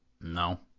No